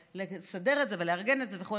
וברצון לסדר את זה ולארגן את זה וכו',